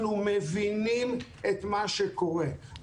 אנחנו מבינים את מה שקורה,